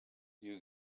you